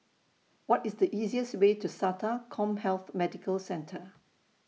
What IS The easiest Way to Sata Commhealth Medical Centre